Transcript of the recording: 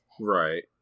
Right